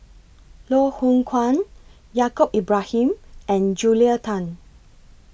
Loh Hoong Kwan Yaacob Ibrahim and Julia Tan